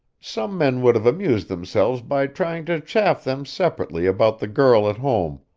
some men would have amused themselves by trying to chaff them separately about the girl at home,